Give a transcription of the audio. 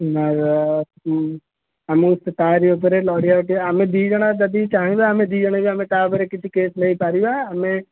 ଆମକୁ ତା'ରି ଉପରେ ଲଢ଼ିବା ଟିକେ ଆମେ ଦି ଜଣ ଯଦି ଚାହିଁବା ଆମେ ଦୁଇଜଣ ବି ଆମେ ତା ଉପରେ କିଛି କେସ୍ ନେଇପାରିବା ଆମେ